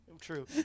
true